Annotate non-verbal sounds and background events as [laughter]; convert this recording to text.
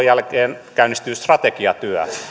[unintelligible] jälkeen käynnistyy strategiatyö